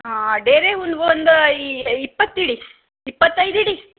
ಹಾಂ ಡೇರೆ ಹೂ ಒಂದು ಒಂದು ಈ ಇಪ್ಪತ್ತು ಇಡಿ ಇಪ್ಪತ್ತೈದು ಇಡಿ